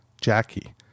Jackie